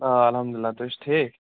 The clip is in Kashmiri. آ الحمدُاللہ تُہۍ چھُو ٹھیٖک